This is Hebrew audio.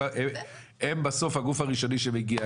הם בסוף הגוף הראשוני שמגיע,